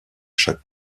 chaque